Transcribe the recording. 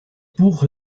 buch